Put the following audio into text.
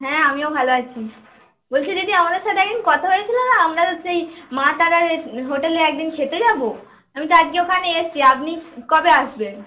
হ্যাঁ আমিও ভালো আছি বলছি দিদি আপনার সাথে একদিন কথা হয়েছিলো না আপনাদের সেই মাতারা হোটেলে একদিন খেতে যাবো আমি তো আজকে ওখানে এসছি আপনি কবে আসবেন